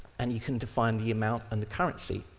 and you can define the amount, and the currency.